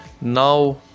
now